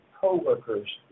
co-workers